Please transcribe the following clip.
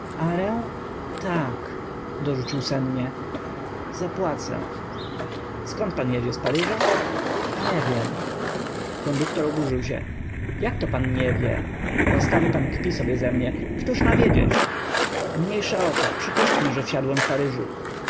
ak dorzucił sennie zapłacę s kąd p an jedzie z p aryża nie wiem k onduktor oburzył s ię ja k to nie wie pan łaskaw y pan kpi sobie ze mnie któż m a w iedzieć m niejsza o to przypuśćm y że wsiadłem w paryżu